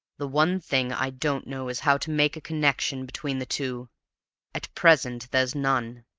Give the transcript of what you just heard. the one thing i don't know is how to make a connection between the two at present there's none.